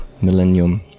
millennium